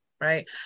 right